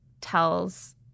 tells